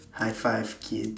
high five kid